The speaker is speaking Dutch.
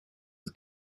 dat